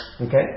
Okay